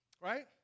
right